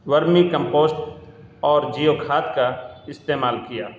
vermi compost اور جیو کھاد کا استعمال کیا